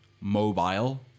mobile